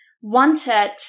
wanted